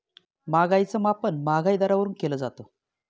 महागाईच मापन महागाई दरावरून केलं जातं